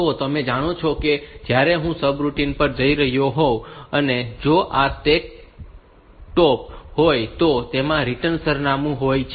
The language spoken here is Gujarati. તો તમે જાણો છો કે જ્યારે હું સબરૂટિન પર જઈ રહ્યો હોવ અને જો આ સ્ટેક ટોપ હોય તો તેમાં રિટર્ન સરનામું હોય છે